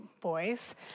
boys